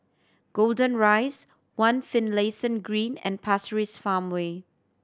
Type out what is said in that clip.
Golden Rise One Finlayson Green and Pasir Ris Farmway